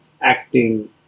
acting